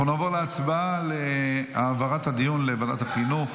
אנחנו נעבור להצבעה על העברת הדיון לוועדת החינוך.